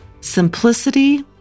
simplicity